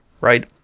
right